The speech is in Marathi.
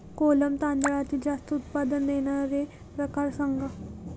कोलम तांदळातील जास्त उत्पादन देणारे प्रकार सांगा